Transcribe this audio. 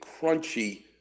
crunchy